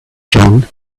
john